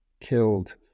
killed